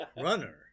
Runner